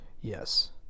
Yes